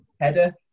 header